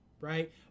right